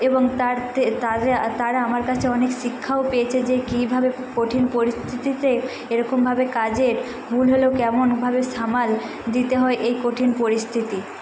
এবং তারতে তারা তারা আমার কাছে অনেক শিক্ষাও পেয়েছে যে কীভাবে কঠিন পরিস্থিতিতে এরকমভাবে কাজে ভুল হলেও কেমনভাবে সামাল দিতে হয় এই কঠিন পরিস্থিতি